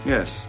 Yes